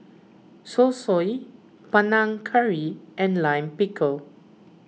Zosui Panang Curry and Lime Pickle